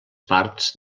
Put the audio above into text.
parts